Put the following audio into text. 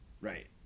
Right